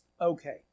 Okay